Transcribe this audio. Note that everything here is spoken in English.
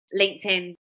LinkedIn